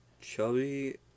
Chubby